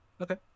Okay